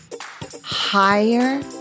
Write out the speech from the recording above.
higher